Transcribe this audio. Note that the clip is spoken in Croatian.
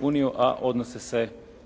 uniju,